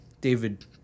David